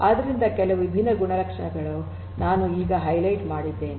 ಆದ್ದರಿಂದ ಈ ಕೆಲವು ವಿಭಿನ್ನ ಗುಣಲಕ್ಷಣಗಳನ್ನು ನಾನು ಈಗ ಹೈಲೈಟ್ ಮಾಡಲಿದ್ದೇನೆ